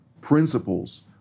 principles